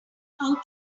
how